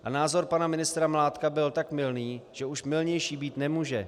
A názor pana ministra Mládka byl tak mylný, že už mylnější být nemůže.